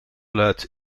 luid